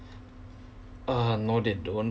ugh no they don't